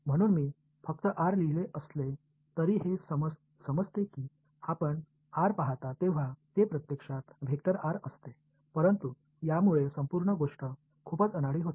म्हणून मी फक्त आर लिहिले असले तरी हे समजते की आपण आर पहाता तेव्हा ते प्रत्यक्षात असते परंतु यामुळे संपूर्ण गोष्ट खूपच अनाड़ी होते